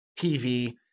TV